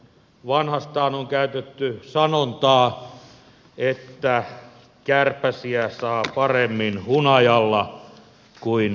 vanhastaan on käytetty sanontaa että kärpäsiä saa paremmin hunajalla kuin lätkällä